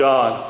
God